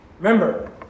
Remember